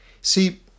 See